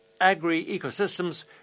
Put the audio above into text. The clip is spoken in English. agri-ecosystems